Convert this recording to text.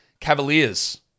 Cavaliers